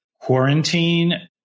quarantine